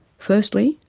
firstly,